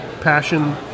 passion